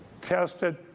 tested